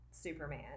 superman